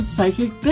Psychic